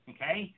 Okay